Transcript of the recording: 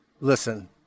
Listen